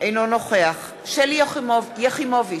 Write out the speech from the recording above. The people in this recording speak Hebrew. אינו נוכח שלי יחימוביץ,